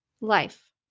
life